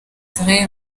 israel